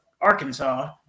Arkansas